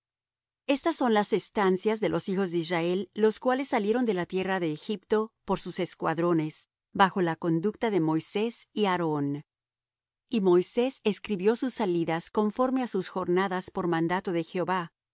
estas son las estancias de los hijos de israel los cuales salieron de la tierra de egipto por sus escuadrones bajo la conducta de moisés y aarón y moisés escribió sus salidas conforme á sus jornadas por mandato de jehová